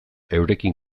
eurekin